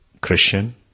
Christian